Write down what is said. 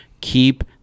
Keep